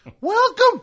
welcome